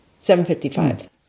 $7.55